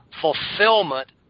fulfillment